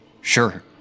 Sure